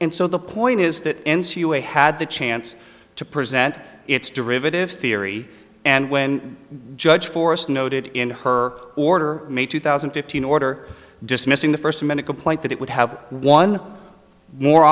and so the point is that n c u a had the chance to present its derivative theory and when judge forrest noted in her order made two thousand and fifteen order dismissing the first amended complaint that it would have one more